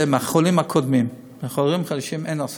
לחולים הקודמים, לחולים החדשים אין מה לעשות,